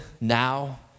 now